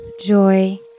joy